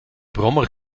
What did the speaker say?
brommer